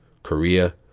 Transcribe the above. Korea